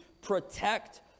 protect